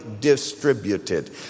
distributed